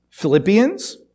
Philippians